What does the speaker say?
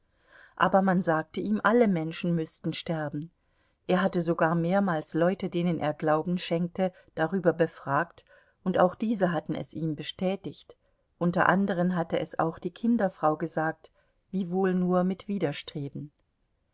aber man sagte ihm alle menschen müßten sterben er hatte sogar mehrmals leute denen er glauben schenkte darüber befragt und auch diese hatten es ihm bestätigt unter anderen hatte es auch die kinderfrau gesagt wiewohl nur mit widerstreben